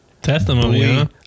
Testimony